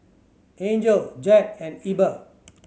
Angel Jed and Ebba